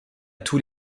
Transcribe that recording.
tous